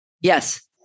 Yes